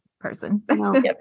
person